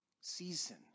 season